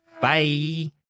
Bye